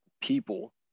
people